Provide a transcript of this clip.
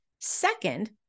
Second